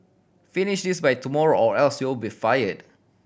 finish this by tomorrow or else you'll be fired